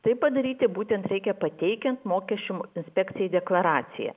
tai padaryti būtent reikia pateikiant mokesčių inspekcijai deklaraciją